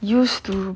used to